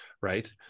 right